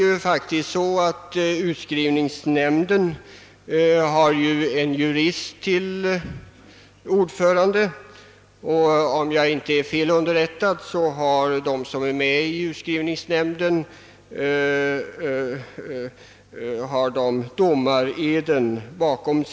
Utskrivningsnämnden har faktiskt en jurist till ordförande och, om jag inte är fel underrättad, har ledamöterna i utskrivningsnämnden avlagt domared.